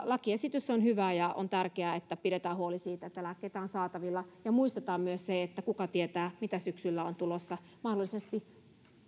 lakiesitys on hyvä ja on tärkeää että pidetään huoli siitä että lääkkeitä on saatavilla ja muistetaan myös että kuka tietää mitä syksyllä on tulossa mahdollisesti